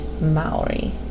Maori